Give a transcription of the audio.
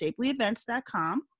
shapelyevents.com